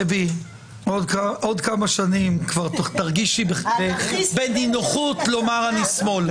דבי, בעוד כמה שנים תוכלי לומר בנינוחות שאת שמאל.